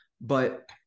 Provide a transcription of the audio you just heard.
But-